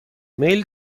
میل